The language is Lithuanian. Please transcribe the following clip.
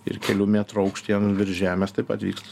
ir kelių metrų aukštyje an virš žemės taip pat vyksta